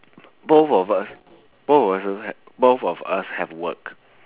both of us both of us also have both of us have worked